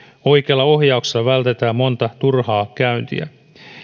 oikealla ohjauksella vältetään monta turhaa käyntiä